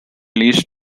least